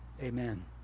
Amen